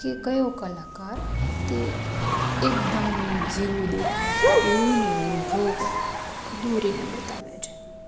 કે કયો કલાકાર તે એકદમ જેવું દેખાય છે એવુંને એવું ડ્રો કરે દોરીને બતાવે છે